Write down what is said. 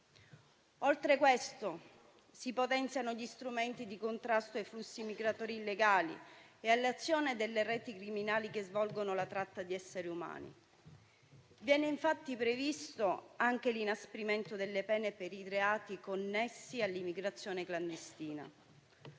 Oltre a questo, si potenziano gli strumenti di contrasto ai flussi migratori illegali e all'azione delle reti criminali che svolgono la tratta di esseri umani. Viene infatti previsto anche l'inasprimento delle pene per i reati connessi all'immigrazione clandestina.